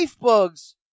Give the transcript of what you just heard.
Bugs